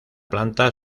planta